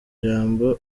ijambo